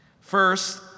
First